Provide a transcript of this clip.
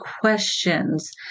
questions